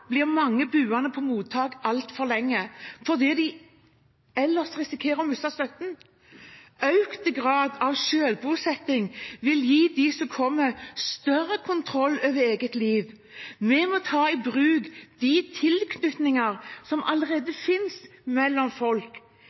blir mange boende på mottak altfor lenge fordi de ellers risikerer å miste støtten. Økt grad av selvbosetting vil gi dem som kommer, større kontroll over eget liv. Vi må ta i bruk de tilknytninger som allerede finnes mellom folk.